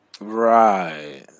Right